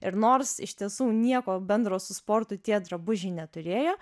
ir nors iš tiesų nieko bendro su sportu tie drabužiai neturėjo